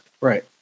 Right